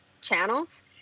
channels